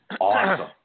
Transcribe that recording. awesome